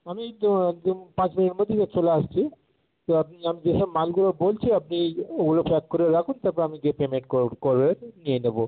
আমি এই তো একদম পাঁচ মিনিটের মধ্যে চলে আসছি তো আপনি আমি যেসব মালগুলো বলছি আপনি ওগুলো প্যাক করে রাখুন তারপর আমি গিয়ে পেমেন্ট কর করে নিয়ে নেব